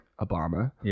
Obama